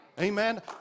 Amen